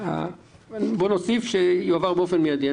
נוסיף "שיועבר באופן מיידי".